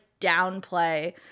downplay